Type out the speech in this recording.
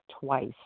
twice